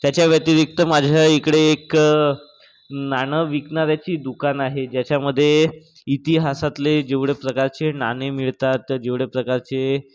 त्याच्या व्यतिरिक्त माझ्या इकडे एक नाणं विकणाऱ्याचे दुकान आहे ज्याच्यामध्ये इतिहासातले जेवढे प्रकारचे नाणे मिळतात जेवढे प्रकारचे